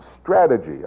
strategy